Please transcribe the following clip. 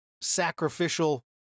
sacrificial